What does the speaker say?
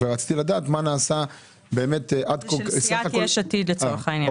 ורציתי לדעת מה נעשה עד כה --- זה של סיעת יש עתיד לצורך העניין.